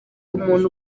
umuntu